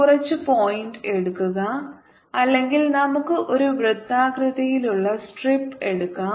കുറച്ച് പോയിന്റ് എടുക്കുക അല്ലെങ്കിൽ നമുക്ക് ഒരു വൃത്താകൃതിയിലുള്ള സ്ട്രിപ്പ് എടുക്കാം